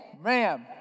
Ma'am